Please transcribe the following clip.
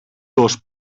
dos